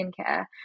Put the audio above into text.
skincare